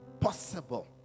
possible